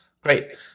great